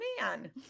man